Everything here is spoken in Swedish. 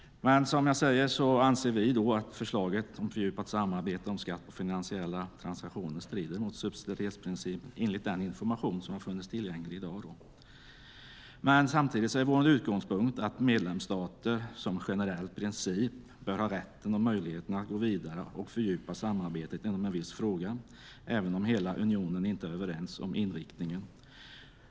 Som jag säger anser vi sverigedemokrater att förslaget om fördjupat samarbete om skatt på finansiella transaktioner strider mot subsidiaritetsprincipen enligt den information som har funnits tillgänglig i dag. Samtidigt är vår utgångspunkt att medlemsstater som generell princip bör ha rätten och möjligheten att gå vidare och fördjupa samarbetet inom en viss fråga, även om hela unionen inte är överens om inriktningen.